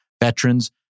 veterans